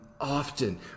often